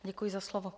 Děkuji za slovo.